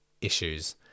issues